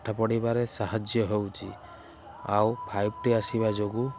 ପାଠ ପଢ଼ିବାରେ ସାହାଯ୍ୟ ହେଉଛି ଆଉ ଫାଇଭ୍ ଟି ଆସିବା ଯୋଗୁ